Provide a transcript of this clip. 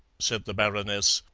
said the baroness.